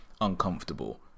uncomfortable